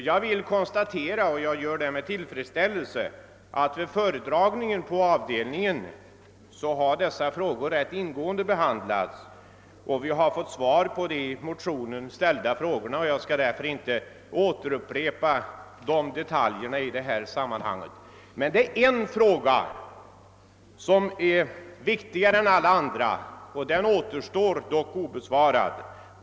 Jag vill konstatera — och jag gör det med tillfredsställelse — att vid föredragningarna på avdelningen har dessa frågor behandlats rätt ingående, och vi har där fått svar på de i motionerna ställda frågorna. Jag skall därför inte nu gå in på dessa detaljer. Men det är en fråga som är viktigare än alla andra, och den återstår obesvarad.